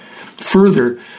Further